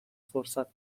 فرصت